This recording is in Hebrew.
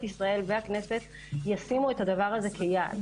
ישראל והכנסת ישימו את הדבר הזה כיעד.